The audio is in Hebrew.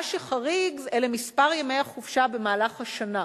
מה שחריג אלה מספר ימי החופשה במהלך השנה.